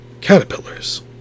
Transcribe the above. caterpillars